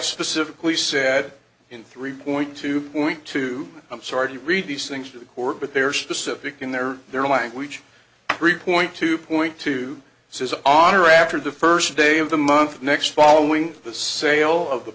specifically said in three point two point two i'm sorry to read these things to the court but their specific in their their language three point two point two says on or after the first day of the month next following the sale of the